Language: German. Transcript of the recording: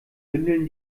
bündeln